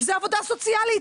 זה עבודה סוציאלית,